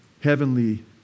heavenly